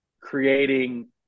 creating